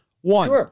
One